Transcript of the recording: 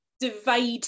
divide